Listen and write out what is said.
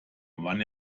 wann